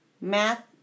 Math